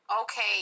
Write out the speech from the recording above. okay